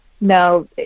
No